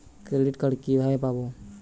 Credit card কিভাবে পাব?